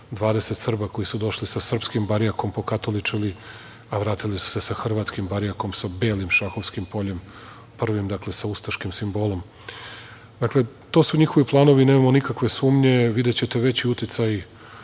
420 Srba, koji su došli sa srpskim barjakom pokatoličili, a vratili su se hrvatskim barjakom, sa belim šahovskim poljima, prvi, dakle, sa ustaškim simbolom. Dakle, to su njihovi planovi i nemamo nikakve sumnje, videćete veći uticaji